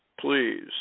please